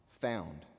found